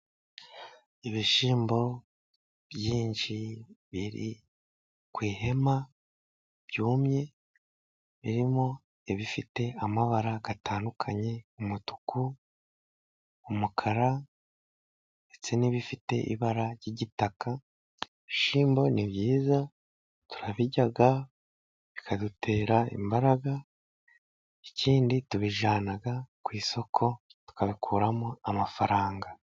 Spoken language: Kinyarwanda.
Ibishyimbo byinshi biri ku ihema byumye, birimo ibifite amabara atandukanye, umutuku, umukara ndetse n'ibifite ibara ry'igitaka. Ibishyimbo ni byiza turabirya, bikadutera imbaraga, ikindi tubijyana ku isoko, tukabikuramo amafaranga.